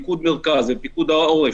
פיקוד מרכז ופיקוד העורף,